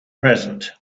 present